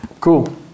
Cool